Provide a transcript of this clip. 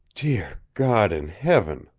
dear god in heaven,